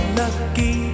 lucky